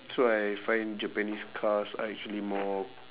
so I find japanese cars are actually more